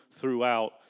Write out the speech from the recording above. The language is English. throughout